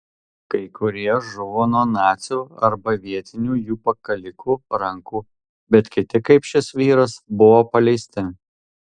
kai kurie žuvo nuo nacių arba vietinių jų pakalikų rankų bet kiti kaip šis vyras buvo paleisti